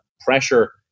pressure